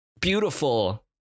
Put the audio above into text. beautiful